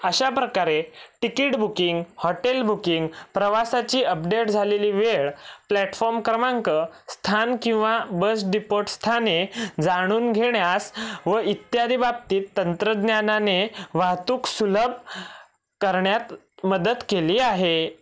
अशा प्रकारे ticket booking hotel booking प्रवासाची अपडेट झालेली वेळ प्लॅटफॉम क्रमांक स्थान किंवा बस डिपोट स्थाने जाणून घेण्यास व इत्यादी बाबतीत तंत्रज्ञानाने वाहतूक सुलभ करण्यात मदत केली आहे